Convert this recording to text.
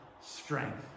strength